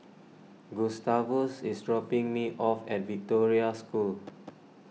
Gustavus is dropping me off at Victoria School